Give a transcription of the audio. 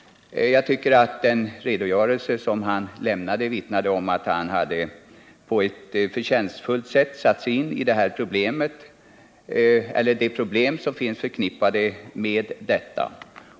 Jag tycker att den redogörelse som han lämnade vittnade om att han på ett förtjänstfullt sätt har satt sig in i de problem som är förknippade med detta.